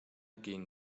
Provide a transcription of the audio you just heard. gehen